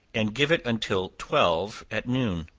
and give it until twelve at noon.